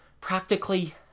Practically